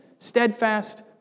Steadfast